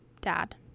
dad